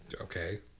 Okay